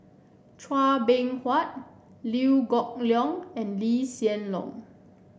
Chua Beng Huat Liew Geok Leong and Lee Hsien Loong